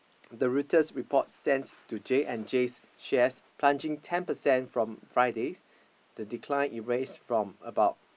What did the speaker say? the Reuters report sent to J-and-J's shares plunging ten percent from Friday the decline erase from about